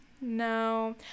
no